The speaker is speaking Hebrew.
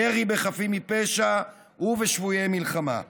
ירי בחפים מפשע ובשבויי מלחמה.